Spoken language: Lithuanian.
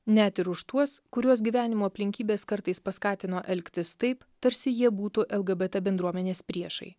net ir už tuos kuriuos gyvenimo aplinkybės kartais paskatino elgtis taip tarsi jie būtų lgbt bendruomenės priešai